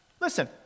Listen